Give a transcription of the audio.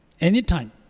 Anytime